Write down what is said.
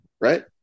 Right